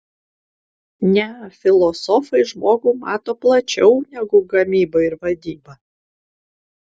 ne filosofai žmogų mato plačiau negu gamyba ir vadyba